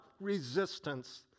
resistance